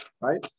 Right